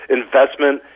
investment